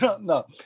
No